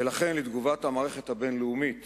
ולכן, לתגובת המערכת הבין-לאומית